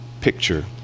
picture